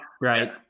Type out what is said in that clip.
right